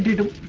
to